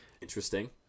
Interesting